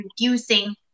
reducing